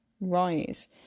rise